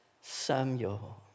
Samuel